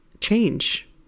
change